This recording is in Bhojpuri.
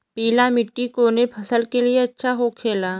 पीला मिट्टी कोने फसल के लिए अच्छा होखे ला?